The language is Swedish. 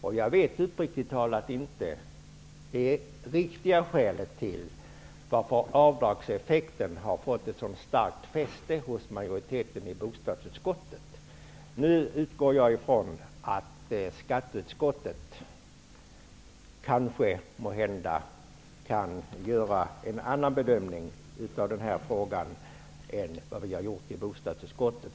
Uppriktigt talat vet jag inte det riktiga skälet till att avdragseffekten fått ett så starkt fäste hos majoriteten i bostadsutskottet. Nu utgår jag ifrån att skatteutskottet måhända gör en annan bedömning i den här frågan än bostadsutskottet.